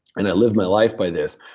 and i live my life by this.